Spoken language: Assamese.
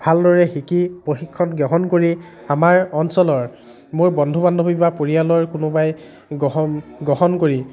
ভালদৰে শিকি প্ৰশিক্ষণ গ্ৰহণ কৰি আমাৰ অঞ্চলৰ মোৰ বন্ধু বান্ধৱী বা পৰিয়ালৰ কোনোবাই গ্ৰহণ গ্ৰহণ কৰি